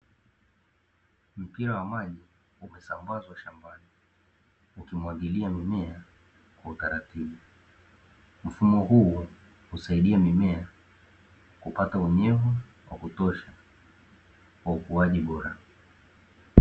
Mpira wa maji umesambazwa shambani, ukimwagilia mimea kwa utaratibu. Mfumo huu, husaidia mimea kupata unyevu wa kutosha kwa ukuaji bora.